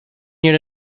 need